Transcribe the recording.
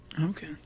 Okay